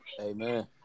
Amen